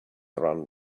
run